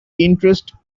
interest